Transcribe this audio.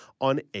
on